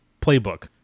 playbook